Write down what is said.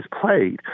played